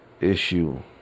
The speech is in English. issue